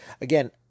Again